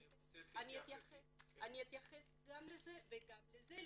אני רוצה שתתייחס אני אתייחס גם לזה וגם לזה,